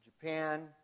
Japan